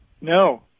No